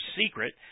secret